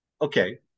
okay